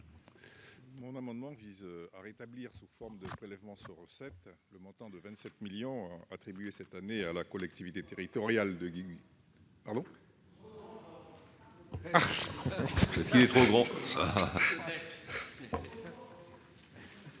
Mon amendement vise à rétablir, sous forme de prélèvement sur recettes (PSR), la somme de 27 millions d'euros attribuée cette année à la collectivité territoriale de Guyane